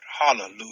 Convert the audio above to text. Hallelujah